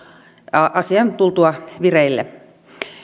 asian tultua vireille